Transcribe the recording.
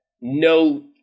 no